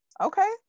okay